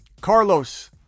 Carlos